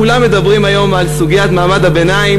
כולם מדברים היום על סוגיית מעמד הביניים,